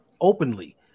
Openly